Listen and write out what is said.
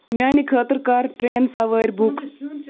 میانہِ خٲطرٕ کَر ٹرین سوٲرۍ بُک